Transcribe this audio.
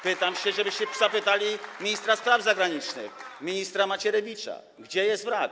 Pytam się - żebyście zapytali ministra spraw zagranicznych, ministra Macierewicza - gdzie jest wrak.